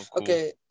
Okay